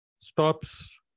stops